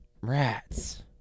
Rats